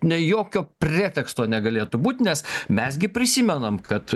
nei jokio preteksto negalėtų būt nes mes gi prisimenam kad